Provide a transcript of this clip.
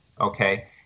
okay